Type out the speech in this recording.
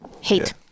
Hate